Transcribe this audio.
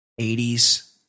80s